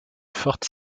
forte